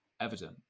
evident